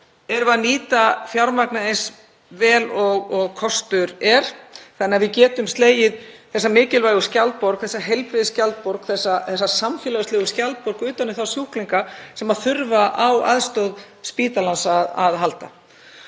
Nýtum við fjármagnið eins vel og kostur er þannig að við getum slegið þessa mikilvægu skjaldborg, þessa heilbrigðisskjaldborg, þessa samfélagslegu skjaldborg, um þá sjúklinga sem þurfa á aðstoð spítalans að halda?